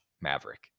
Maverick